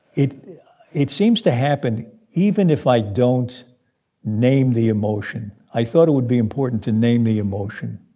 it it seems to happen even if i don't name the emotion. i thought it would be important to name the emotion.